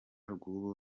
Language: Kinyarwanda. rw’ubu